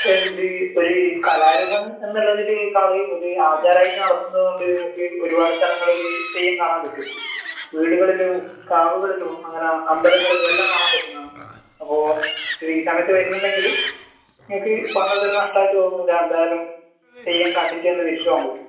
എന്ത് ഒരു കലാരൂപം എന്നുളളതിനേക്കാൾ ഒരു ആചാരമായിട്ട് നടത്തുന്നതുകൊണ്ട് നിങ്ങൾക്ക് ഒരുപാട് സ്ഥലങ്ങളിൽ തെയ്യം കാണാൻ പറ്റും വീടുകളിലും കാവുകളിലും അങ്ങനെ അമ്പലങ്ങളിലും എല്ലാം കാണാൻ പറ്റുന്നതാണ് അപ്പോൾ ഈ സമയത്ത് വരുന്നുണ്ടെങ്കിൽ നിങ്ങൾക്ക് വന്നത് ഒരു നഷ്ടമായിട്ട് തോന്നില്ല എന്തായാലും തെയ്യം കണ്ടിട്ട് തന്നെ തിരിച്ചു പോവാൻ പറ്റും